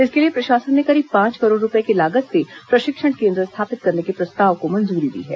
इसके लिए प्रशासन ने करीब पांच करोड़ रूपए की लागत से प्रशिक्षण केन्द्र स्थापित करने के प्रस्ताव को मंजूरी दी है